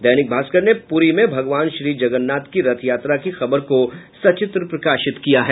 दैनिक भास्कर ने पूरी में भगवान श्री जगन्नाथ की रथ यात्रा की खबर को सचित्र प्रकाशित किया है